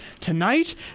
Tonight